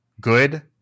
good